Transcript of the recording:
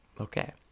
Okay